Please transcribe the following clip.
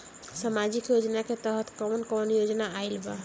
सामाजिक योजना के तहत कवन कवन योजना आइल बा?